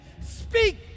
speak